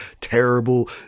terrible